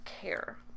care